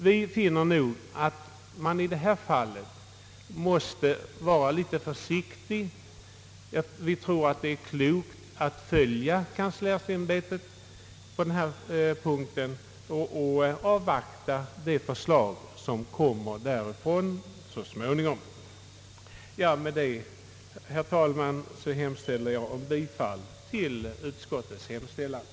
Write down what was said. Vi finner att man i detta fall måste vara litet försiktig, och vi tror att det är klokt att följa kanslersämbetet på denna punkt och avvakta det förslag som så småningom kommer därifrån. Med detta, herr talman, yrkar jag bifall till utskottets hemställan.